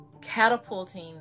catapulting